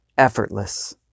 effortless